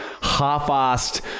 half-assed